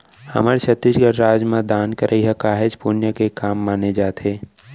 हमर छत्तीसगढ़ राज म दान करई ह काहेच पुन्य के काम माने जाथे